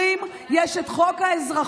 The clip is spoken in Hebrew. חברים, יש את חוק האזרחות,